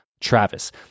Travis